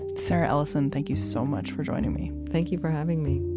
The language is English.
sarah ellison, thank you so much for joining me. thank you for having me.